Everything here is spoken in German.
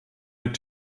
mit